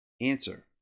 answer